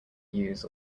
use